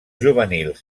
juvenils